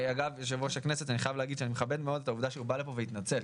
שאני חייב לומר שאני מכבד מאוד את העובדה שהוא בא לפה והוא התנצל,